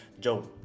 Joe